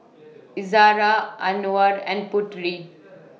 Izzara Anuar and Putri